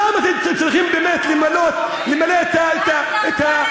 למה אתם צריכים באמת למלא את בתי-הכלא?